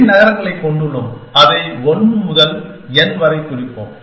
N நகரங்களைக் கொண்டுள்ளோம் அதை 1 முதல் N வரை குறிப்போம்